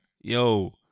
Yo